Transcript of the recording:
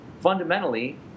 fundamentally